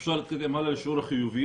אפשר להתקדם הלאה, לשיעור החיוביים.